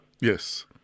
Yes